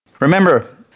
Remember